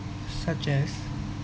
such as